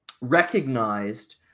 recognized